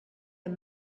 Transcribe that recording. amb